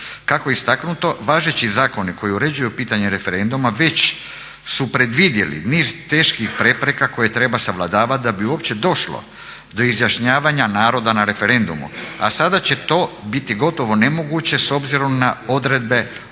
Kako je istaknuto, važeći zakon koji uređuje pitanje referenduma već su predvidjeli niz teških prepreka koje treba savladavati da bi uopće došlo do izjašnjavanja naroda na referendumu, a sada će to biti gotovo nemoguće s obzirom na odredbe ovoga